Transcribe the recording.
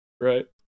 Right